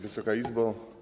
Wysoka Izbo!